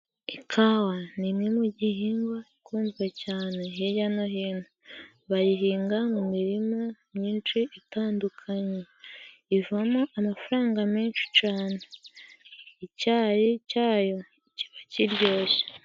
Ikawa nimwe mu gihingwa ikunzwe cyane hirya no hino, bayihinga mu mirima myinshi itandukanye, ivamo amafaranga menshi cyane, icyari cyayo kiba kiryoshye.